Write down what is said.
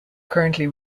currently